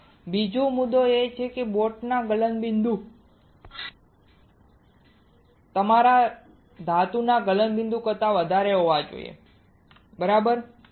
હવે બીજો મુદ્દો એ છે કે બોટનો ગલનબિંદુ તમારા ધાતુના ગલનબિંદુ કરતા વધારે હોવો જોઈએ બરાબર